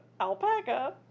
alpaca